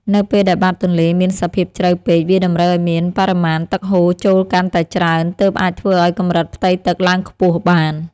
នៅពេលដែលបាតទន្លេមានសភាពជ្រៅពេកវាតម្រូវឱ្យមានបរិមាណទឹកហូរចូលកាន់តែច្រើនទើបអាចធ្វើឱ្យកម្រិតផ្ទៃទឹកឡើងខ្ពស់បាន។